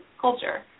culture